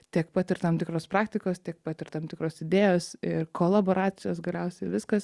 tiek pat ir tam tikros praktikos tiek pat ir tam tikros idėjos ir kolaboracijos galiausiai viskas